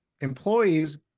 employees